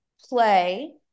play